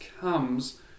comes